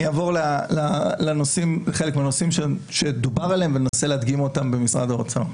אני אעבור לחלק מהנושאים שדובר עליהם ואנסה להדגים אותם במשרד האוצר.